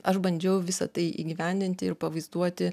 aš bandžiau visa tai įgyvendinti ir pavaizduoti